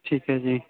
ਠੀਕ ਹੈ ਜੀ